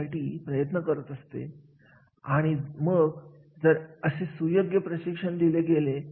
तर या कार्याचे महत्व आता नसते ज्या कार्यांचे आवश्यकता नसते अशा कार्यासाठी प्रशिक्षण देण्यात काही मुद्दा नसतो